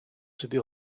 собі